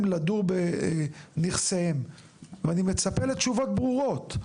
לגור בנכסיהם ואני מצפה לתשובות ברורות,